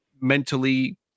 mentally